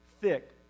thick